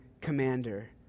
commander